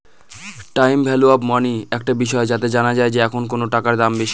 time value of money একটা বিষয় যাতে জানা যায় যে এখন কোনো টাকার দাম বেশি